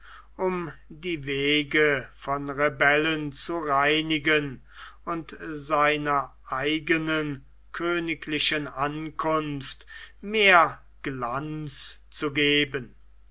um die wege von rebellen zu reinigen und seiner eigenen königlichen ankunft mehr glanz zu geben